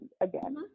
again